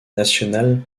nationale